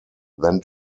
then